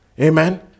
Amen